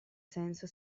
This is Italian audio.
senso